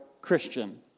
Christian